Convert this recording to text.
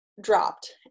dropped